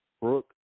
Brooke